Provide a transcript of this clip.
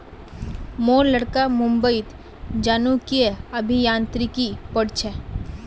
मोर लड़का मुंबईत जनुकीय अभियांत्रिकी पढ़ छ